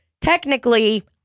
technically